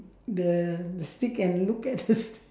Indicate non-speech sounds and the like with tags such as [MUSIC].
the stick and look at the stick [LAUGHS]